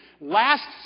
Last